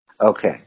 Okay